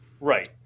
Right